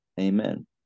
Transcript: Amen